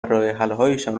راهحلهایشان